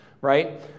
right